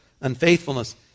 unfaithfulness